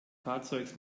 fahrzeugs